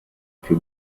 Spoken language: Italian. più